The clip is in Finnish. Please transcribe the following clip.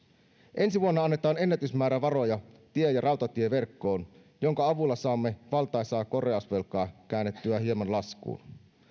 ensi vuonna annetaan ennätysmäärä varoja tie ja rautatieverkkoon minkä avulla saamme valtaisaa korjausvelkaa käännettyä hieman laskuun